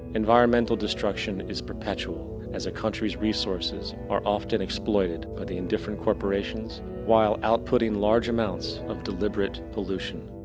environmental destruction is perpetual as a country's resources are often exploited by the indifferent corporations while outputting large amounts of deliberate pollution.